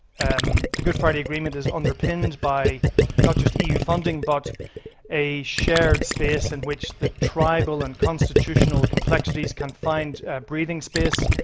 and the good friday agreement is underpinned by not just eu funding, but a shared space in which the tribal and constitutional complexities can find breathing space.